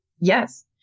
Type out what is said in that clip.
Yes